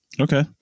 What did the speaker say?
Okay